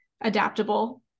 adaptable